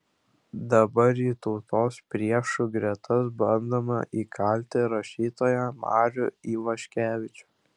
dabar į tautos priešų gretas bandoma įkalti rašytoją marių ivaškevičių